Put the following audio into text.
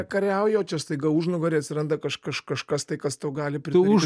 kariauja o čia staiga užnugarį atsiranda kaž kaž kažkas tai kas tau gali pridaryti